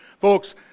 Folks